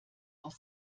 aus